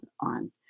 on